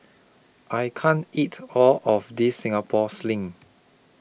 I can't eat All of This Singapore Sling